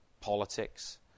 politics